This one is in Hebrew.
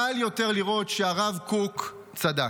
קל יותר לראות שהרב קוק צדק.